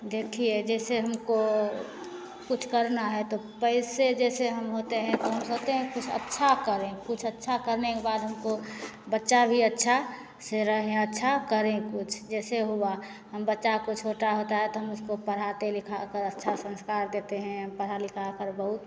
देखिए जैसे हमको कुछ करना है तो पैसे जैसे हम होते हैं तो हम सोचते हैं कि कुछ अच्छा करें कुछ अच्छा करने के बाद में हमको बच्चा भी अच्छे से रहें अच्छा करें कुछ जैसे हुआ हम बच्चा को छोटा होता है तो हम उसको पढ़ाते लिखाकर अच्छा सँस्कार देते हैं पढ़ा लिखाकर बहुत